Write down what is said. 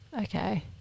Okay